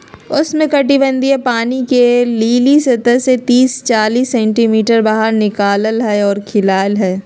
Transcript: उष्णकटिबंधीय पानी के लिली सतह से तिस चालीस सेंटीमीटर बाहर निकला हइ और खिला हइ